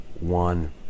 one